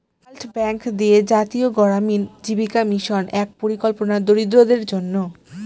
world Bank দিয়ে জাতীয় গড়ামিন জীবিকা মিশন এক পরিকল্পনা দরিদ্রদের জন্য